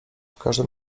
każdym